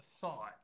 thought